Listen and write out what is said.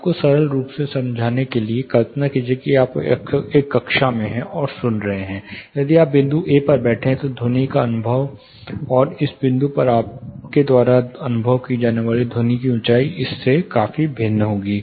आपको सरल रूप से समझाने के लिए कल्पना कीजिए कि आप एक कक्षा में हैं और सुन रहे हैं यदि आप यहाँ बिंदु A पर बैठे हैं तो ध्वनि का अनुभव और इस बिंदु पर आपके द्वारा अनुभव की जाने वाली ध्वनि की ऊँचाई इससे काफी भिन्न होगी